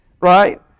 right